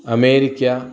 America